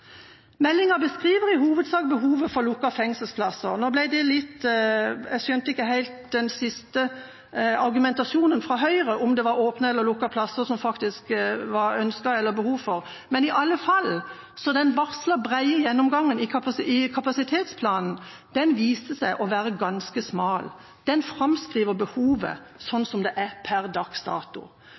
Meldinga beskriver i hovedsak behovet for lukkede fengselsplasser. Jeg skjønte ikke helt den siste argumentasjonen fra Høyre, om det var åpne eller lukkede plasser som faktisk var ønsket eller det var behov for, men den varslede brede gjennomgangen i kapasitetsplanen har i alle fall vist seg å være ganske smal. Den framskriver behovet sånn som det er per dags dato.